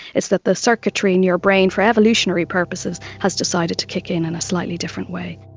is that the circuitry in your brain, for evolutionary purposes, has decided to kick in in a slightly different way.